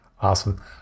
Awesome